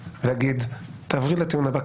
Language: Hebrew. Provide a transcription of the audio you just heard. ואגיד: תעברי לטיעון הבא,